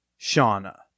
Shauna